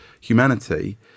humanity